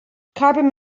carbon